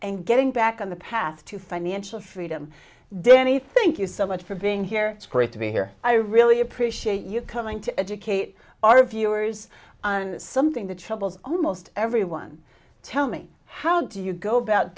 and getting back on the path to financial freedom danny thank you so much for being here it's great to be here i really appreciate you coming to educate our viewers on something that troubles almost everyone tell me how do you go about